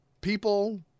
People